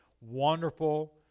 wonderful